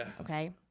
Okay